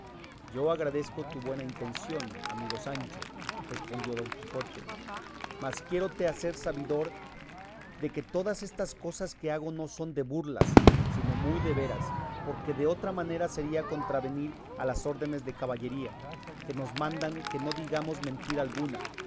yo agradezco tu buena intención amigo sancho respondió don quijote mas quiérote hacer sabidor de que todas estas cosas que hago no son de burlas sino muy de veras porque de otra manera sería contravenir a las órdenes de caballería que nos mandan que no digamos mentira alguna